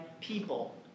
people